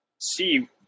see